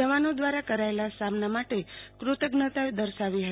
જવાનો દ્રારા કરાયેલા સામના માટ કૃતજ્ઞતા દર્શાવી હતી